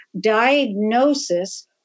diagnosis